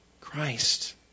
Christ